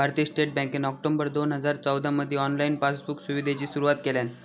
भारतीय स्टेट बँकेन ऑक्टोबर दोन हजार चौदामधी ऑनलाईन पासबुक सुविधेची सुरुवात केल्यान